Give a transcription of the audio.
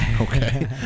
okay